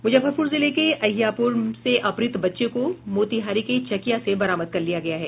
मुजफ्फरपुर जिले के अहियापुर से अपहृत बच्चे को मोतिहारी के चकिया से बरामद कर लिया गया है